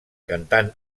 cantant